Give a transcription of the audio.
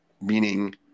meaning